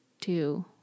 two